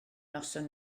noson